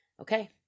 Okay